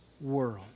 world